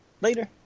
Later